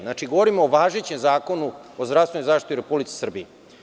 Znači, govorim o važećem zakonu o zdravstvenoj zaštiti u Republici Srbiji.